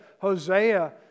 Hosea